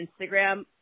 Instagram